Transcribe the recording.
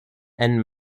and